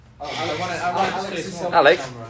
Alex